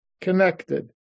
connected